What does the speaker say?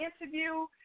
interview